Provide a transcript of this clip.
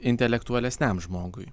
intelektualesniam žmogui